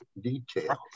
details